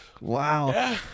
Wow